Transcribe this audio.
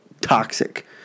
toxic